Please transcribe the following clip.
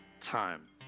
time